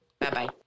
Bye-bye